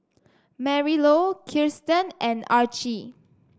Marilou Kiersten and Archie